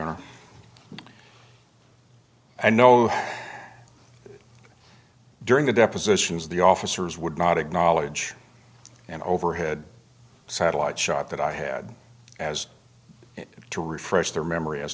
are i know during the depositions of the officers would not acknowledge an overhead satellite shot that i had as if to refresh their memory as